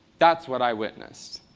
that's what i witnessed.